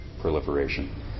proliferation